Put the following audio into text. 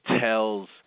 tells